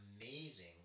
amazing